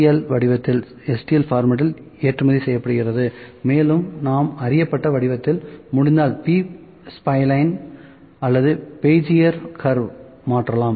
L வடிவத்தில் ஏற்றுமதி செய்யப்படுகிறது மேலும் நாம் அறியப்பட்ட வடிவத்தில் முடிந்தால் b ஸ்ப்லைன் அல்லது பெஜியர் வளைவாக மாற்றலாம்